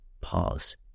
pause